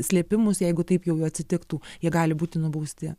slėpimus jeigu taip jau atsitiktų jie gali būti nubausti